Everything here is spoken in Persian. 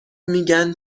میگن